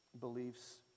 beliefs